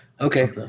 Okay